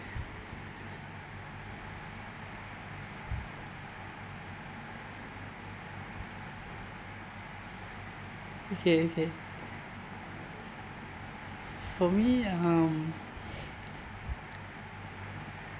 okay okay for me um